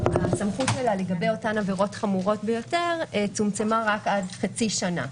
הסמכות שלה לגבי אותן עבירות חמורות ביותר צומצמה רק עד חצי שנה.